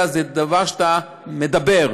אלא זה דבר שאתה מדבר,